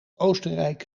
oostenrijk